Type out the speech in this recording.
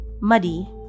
muddy